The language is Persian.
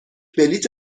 بلیت